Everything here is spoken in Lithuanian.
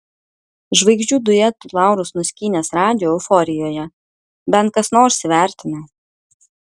žvaigždžių duetų laurus nuskynęs radži euforijoje bent kas nors įvertino